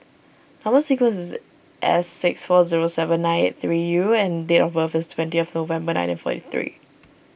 Number Sequence is S six four zero seven nine eight three U and date of birth is twentieth November nineteen forty three